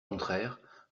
contraire